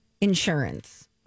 insurance